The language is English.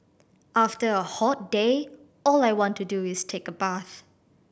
after a hot day all I want to do is take a bath